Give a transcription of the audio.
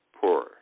poorer